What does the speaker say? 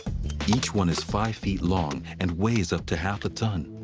each one is five feet long and weighs up to half a ton.